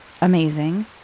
amazing